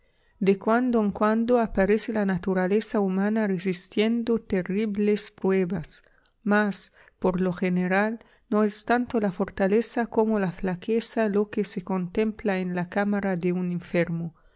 de cuando en cuando aperece la naturaleza humana resistiendo terribles pruebas mas por lo general no es tanto la fortaleza como la flaqueza lo que se contempla en la cámara de un enfermo